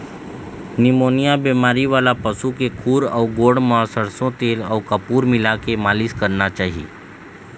pneumonia बेमारी वाला पशु के खूर अउ गोड़ म सरसो तेल अउ कपूर मिलाके मालिस करना चाही